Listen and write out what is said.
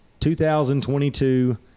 2022